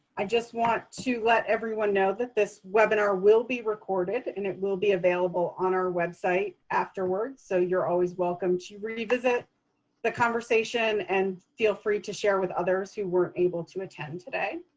i just want to let everyone know that this webinar will be recorded, and it will be available on our website afterwards. so you're always welcome to revisit the conversation, and feel free to share with others who weren't able to attend today.